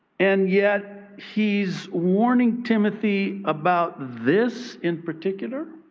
and yet he's warning timothy about this in particular.